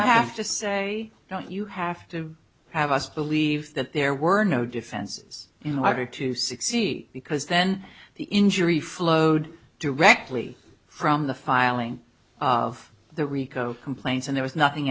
have to say don't you have to have us believe that there were no defenses you know having to succeed because then the injury flowed directly from the filing of the rico complaints and there was nothing